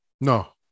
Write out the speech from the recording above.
No